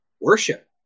worship